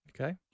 Okay